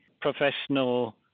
professional